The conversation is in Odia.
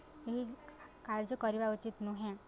ଏହି କାର୍ଯ୍ୟ କରିବା ଉଚିତ୍ ନୁହେଁ